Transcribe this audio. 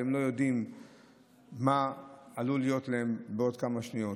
והם לא יודעים מה עלול להיות להם בעוד כמה שניות.